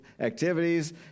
Activities